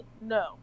No